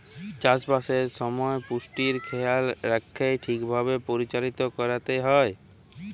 চাষবাসের সময় পুষ্টির খেয়াল রাইখ্যে ঠিকভাবে পরিচাললা ক্যইরতে হ্যয়